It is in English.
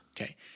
Okay